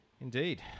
indeed